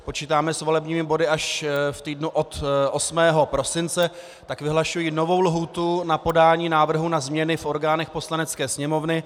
Počítáme s volebními body až v týdnu od 8. prosince, tak vyhlašuji novou lhůtu na podání návrhu na změny v orgánech Poslanecké sněmovny.